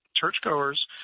churchgoers